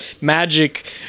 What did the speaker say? magic